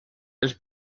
els